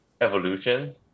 evolution